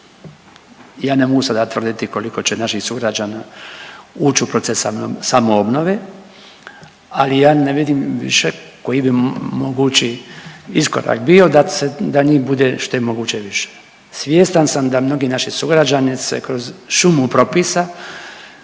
ja ne mogu sada tvrditi koliko će naših sugrađana ući u proces samoobnove, ali ja ne vidim više koji bi mogući iskorak bio da njih bude što je moguće više. Svjestan sam da mnogi naši sugrađani se kroz šumu propisa